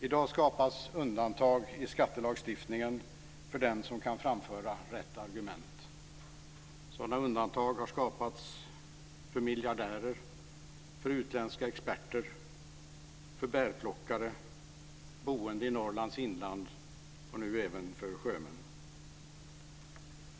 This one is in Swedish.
I dag skapas undantag i skattelagstiftningen för den som kan framföra rätt argument. Sådana undantag har skapats för miljardärer, för utländska experter, för bärplockare, för boende i Norrlands inland och nu även för sjömän.